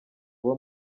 uwo